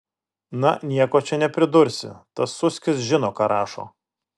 na nieko čia nepridursi tas suskis žino ką rašo